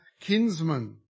kinsman